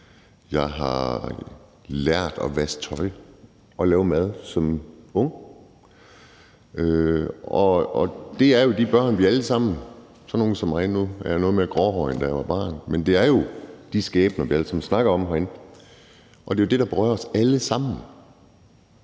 jeg har lært at vaske tøj og lave mad som ung. Det er jo de børn; det er sådan nogle som mig. Nu er jeg noget mere gråhåret, end da jeg var barn, men det er jo de skæbner, vi alle sammen snakker om herinde. Det er jo det, der berører os alle sammen,